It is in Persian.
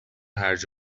هرج